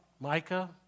Micah